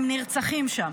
הם נרצחים שם,